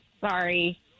sorry